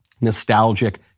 nostalgic